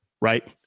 Right